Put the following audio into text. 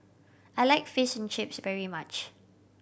I like Fish and Chips very much